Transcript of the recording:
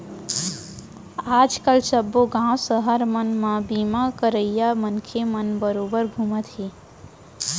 आज काल सब्बो गॉंव सहर मन म बीमा करइया मनसे मन बरोबर घूमते हवयँ